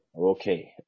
okay